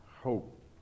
hope